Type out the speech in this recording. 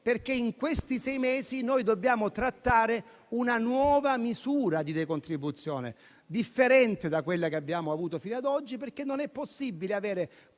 sei mesi nei quali dobbiamo trattare una nuova misura di decontribuzione, differente da quella che abbiamo avuto fino ad oggi. Non è possibile,